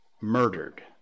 murdered